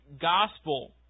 gospel